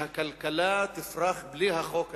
הכלכלה תפרח בלי החוק הזה.